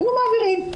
היינו מעבירים.